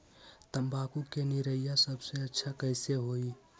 तम्बाकू के निरैया सबसे अच्छा कई से होई?